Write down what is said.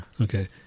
Okay